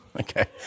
Okay